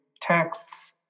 texts